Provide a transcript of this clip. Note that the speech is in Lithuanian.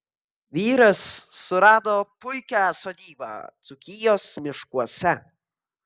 vyras surado puikią sodybą dzūkijos miškuose